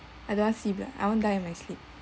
I don't want see blood I want die in my sleep